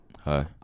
Hi